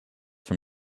from